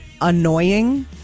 annoying